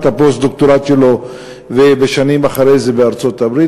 הפוסט-דוקטורט שלו ובשנים אחרי זה בארצות-הברית.